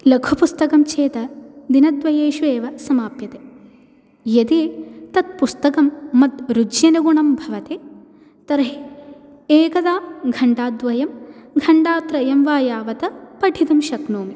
लघुपुस्तकं चेत् दिनद्वयेषु एव समाप्यते यदि तत् पुस्तकं मत् रुच्यनुगुणं भवति तर्हि एकदा घण्टाद्वयं घण्टात्रयं वा यावत् पठितुं शक्नोमि